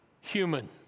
human